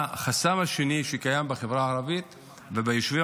החסם השני שקיים בחברה הערבית וביישובים